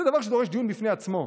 זה דבר שדורש דיון בפני עצמו,